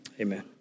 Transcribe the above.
Amen